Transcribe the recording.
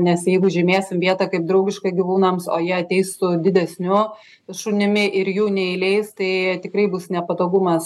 nes jeigu žymėsim vietą kaip draugišką gyvūnams o jie ateis su didesniu šunimi ir jų neįleis tai tikrai bus nepatogumas